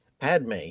padme